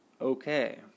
Okay